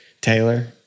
Taylor